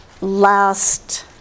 Last